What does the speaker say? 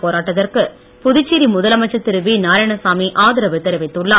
போராட்டத்திற்கு புதுச்சேரி தர்ணா முதலமைச்சர் வி திரு நாராயணசாமி ஆதரவு தெரிவித்துள்ளார்